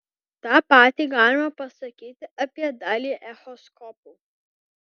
tą patį galima pasakyti apie dalį echoskopų